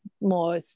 more